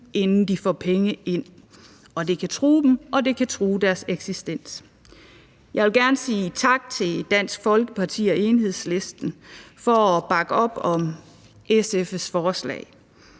inden de får penge ind. Det kan true dem, og det kan true deres eksistens. Jeg vil gerne sige tak til Dansk Folkeparti og Enhedslisten for at bakke op om SF's forslag.